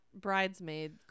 bridesmaid